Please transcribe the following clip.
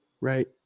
right